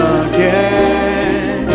again